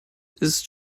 ist